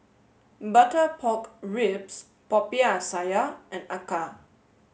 butter pork ribs Popiah Sayur and Acar